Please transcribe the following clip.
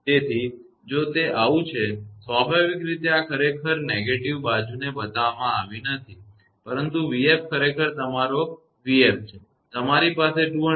તેથી જો તે આવું છે સ્વાભાવિક રીતે આ ખરેખર આ નકારાત્મક બાજુ તે બતાવવામાં આવી નથી પરંતુ 𝑣𝑓 ખરેખર તમારો 𝑣𝑓 તમારી પાસે 200 kV